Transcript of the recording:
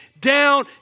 down